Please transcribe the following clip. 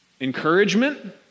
encouragement